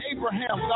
Abraham